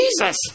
Jesus